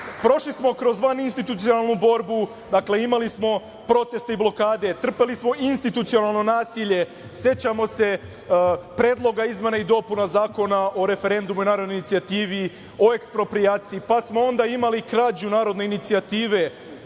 Prošli smo kroz vaninstitucionalnu borbu, imali smo proteste i blokade, trpeli smo i institucionalno nasilje. Sećamo se Predloga izmena i dopuna Zakona o referendumu i narodnoj inicijativi, o eksproprijaciji, pa smo onda imali krađu narodne inicijative,